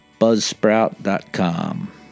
Buzzsprout.com